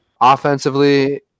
offensively